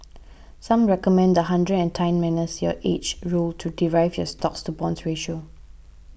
some recommend the hundred and ten minus your age rule to derive your stocks to bonds ratio